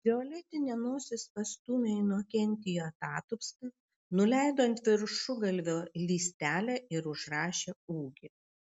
violetinė nosis pastūmė inokentijų atatupstą nuleido ant viršugalvio lystelę ir užrašė ūgį